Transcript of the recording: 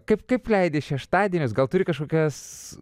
kaip kaip leidi šeštadienius gal turi kažkokias